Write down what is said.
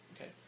Okay